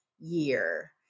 year